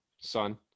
son